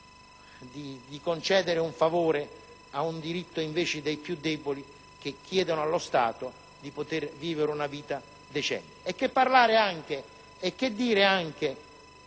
E che dire anche